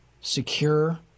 secure